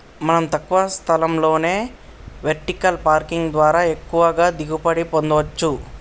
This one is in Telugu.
మనం తక్కువ స్థలంలోనే వెర్టికల్ పార్కింగ్ ద్వారా ఎక్కువగా దిగుబడి పొందచ్చు